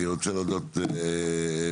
אני רוצה להודות לכולם.